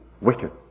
wicked